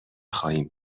خواهیم